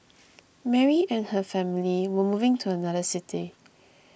Mary and her family were moving to another city